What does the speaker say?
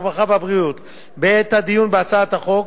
הרווחה והבריאות בעת הדיון בהצעת החוק,